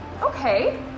Okay